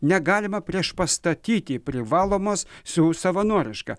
negalima priešpastatyti privalomos su savanoriška